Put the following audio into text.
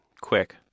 Quick